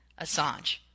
Assange